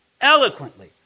eloquently